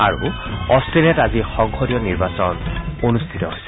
আৰু অষ্ট্ৰেলিয়াত আজি সংসদীয় নিৰ্বাচন অনুষ্ঠিত হৈছে